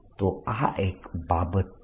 તો આ એક બાબત છે